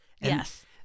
yes